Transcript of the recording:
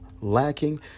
lacking